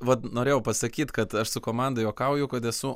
vat norėjau pasakyt kad aš su komanda juokauju kad esu